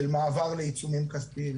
של מעבר לעיצומים כספיים.